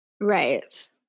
Right